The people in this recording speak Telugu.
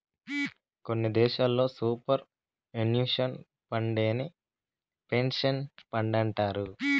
కొన్ని దేశాల్లో సూపర్ ఎన్యుషన్ ఫండేనే పెన్సన్ ఫండంటారు